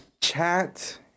chat